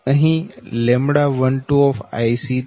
અહી λ12 તો 0 છે